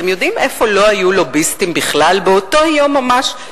אתם יודעים איפה לא היו לוביסטים בכלל באותו יום ממש,